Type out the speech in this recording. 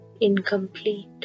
incomplete